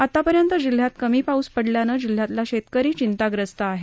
आतापर्यंत जिल्ह्यात कमी पाऊस पडल्यानं जिल्ह्यातला शेतकरी चिंताग्रस्त आहे